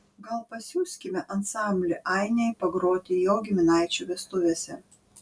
gal pasiųskime ansamblį ainiai pagroti jo giminaičių vestuvėse